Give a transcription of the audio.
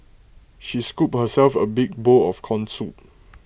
she scooped herself A big bowl of Corn Soup